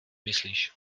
myslíš